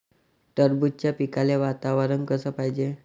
टरबूजाच्या पिकाले वातावरन कस पायजे?